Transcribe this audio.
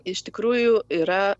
iš tikrųjų yra